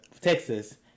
Texas